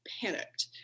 panicked